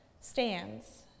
stands